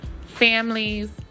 families